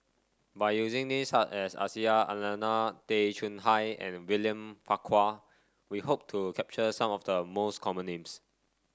by using names such as Aisyah Lyana Tay Chong Hai and William Farquhar we hope to capture some of the most common names